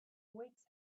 awaits